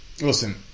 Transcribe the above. Listen